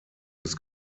des